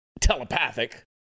telepathic